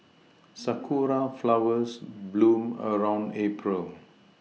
sakura flowers bloom around April